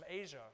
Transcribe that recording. Asia